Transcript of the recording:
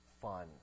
fun